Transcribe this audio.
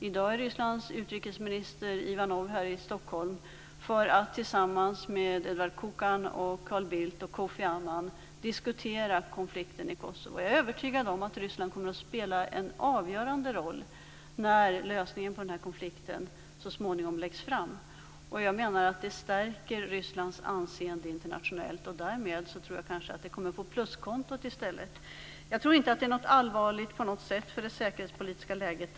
I dag är Rysslands utrikesminister Ivanov här i Stockholm för att tillsammans med Eduard Kukan, Carl Bildt och Kofi Annan diskutera konflikten i Kosovo. Jag är övertygad om att Ryssland kommer att spela en avgörande roll när lösningen på den här konflikten så småningom läggs fram. Jag menar att det stärker Rysslands anseende internationellt, och därmed kan det komma på pluskontot i stället. Jag tror inte att detta på något sätt är allvarligt för det säkerhetspolitiska läget.